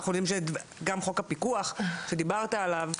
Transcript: אנחנו יודעים שגם חוק הפיקוח, שדיברת עליו,